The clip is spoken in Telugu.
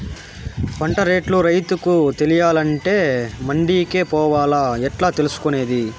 పంట రేట్లు రైతుకు తెలియాలంటే మండి కే పోవాలా? ఎట్లా తెలుసుకొనేది?